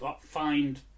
find